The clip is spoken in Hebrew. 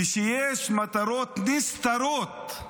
ושיש מטרות נסתרות,